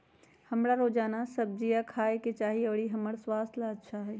हमरा रोजाना सब्जिया खाय के चाहिए ई हमर स्वास्थ्य ला अच्छा हई